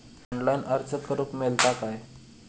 Online अर्ज करूक मेलता काय?